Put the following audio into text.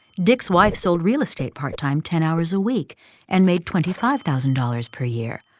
dick's wife sold real estate part time ten hours a week and made twenty five thousand dollars per year.